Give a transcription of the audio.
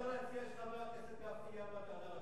אולי אפשר להציע שחבר הכנסת גפני יהיה המדען